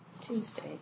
Tuesday